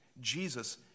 Jesus